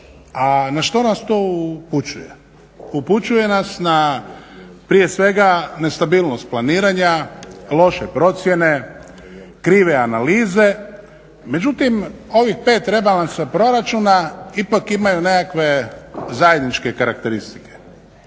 A na što nas to upućuje? Upućuje nas na prije svega nestabilnost planiranja, loše procjene, krive analize. Međutim, ovih 5 rebalansa proračuna ipak imaju nekakve zajedničke karakteristike.